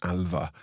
Alva